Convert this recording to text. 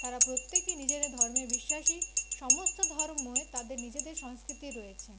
তারা প্রত্যেকেই নিজেদের ধর্মে বিশ্বাসী সমস্ত ধর্মে তাদের নিজেদের সংস্কৃতি রয়েছে